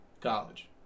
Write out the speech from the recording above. college